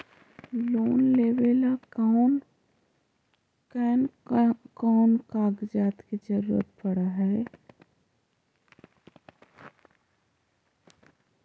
Loan लेबे ल कैन कौन कागज के जरुरत पड़ है?